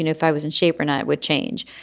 and if i was in shape tonight would change.